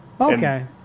Okay